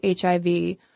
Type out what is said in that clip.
HIV